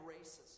racism